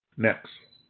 next.